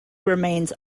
remains